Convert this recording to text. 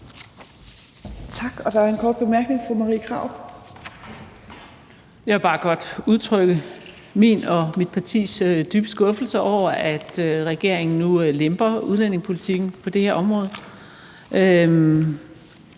Jeg vil bare godt udtrykke min og mit partis dybe skuffelse over, at regeringen nu lemper udlændingepolitikken på det her område.